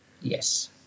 Yes